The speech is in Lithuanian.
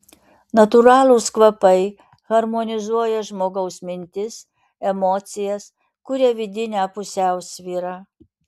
natūralūs kvapai harmonizuoja žmogaus mintis emocijas kuria vidinę pusiausvyrą